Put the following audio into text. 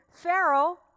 Pharaoh